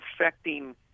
affecting